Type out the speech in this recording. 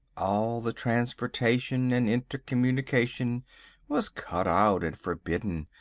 all the transportation and intercommunication was cut out and forbidden.